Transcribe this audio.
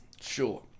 sure